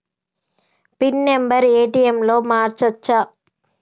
Pin number ATM లో మార్చచ్చా?